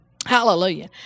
Hallelujah